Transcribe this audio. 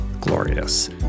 glorious